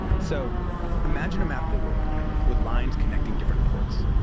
so imagine a map of the world with lines connecting different ports,